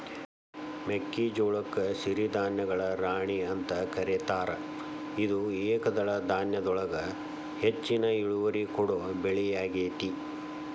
ಮೆಕ್ಕಿಜೋಳಕ್ಕ ಸಿರಿಧಾನ್ಯಗಳ ರಾಣಿ ಅಂತ ಕರೇತಾರ, ಇದು ಏಕದಳ ಧಾನ್ಯದೊಳಗ ಹೆಚ್ಚಿನ ಇಳುವರಿ ಕೊಡೋ ಬೆಳಿಯಾಗೇತಿ